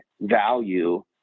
value